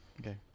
Okay